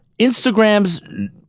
Instagram's